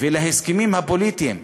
ולהסכמים הפוליטיים.